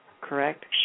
correct